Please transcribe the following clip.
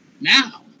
Now